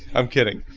i'm kidding.